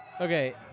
Okay